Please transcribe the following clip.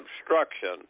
obstruction